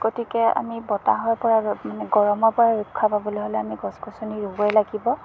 গতিকে আমি বতাহৰ পৰা মানে গৰমৰ পৰা ৰক্ষা পাবলৈ হ'লে আমি গছ গছনি ৰুবই লাগিব